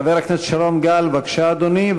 חבר הכנסת שרון גל, בבקשה, אדוני.